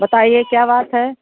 बताइए क्या बात है